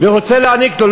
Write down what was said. ורוצה להעניק לו,